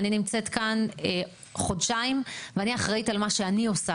אני נמצאת כאן חודשיים ואני אחראית על מה שנאי עושה,